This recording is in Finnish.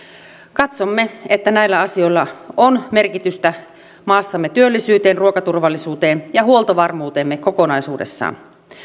katsomme että näillä asioilla on maassamme merkitystä työllisyydelle ruokaturvallisuudelle ja huoltovarmuudellemme kokonaisuudessaan